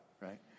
right